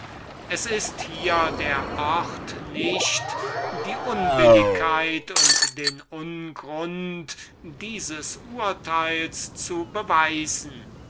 es ist hier der ort nicht die unbilligkeit und den ungrund dieses urteils zu beweisen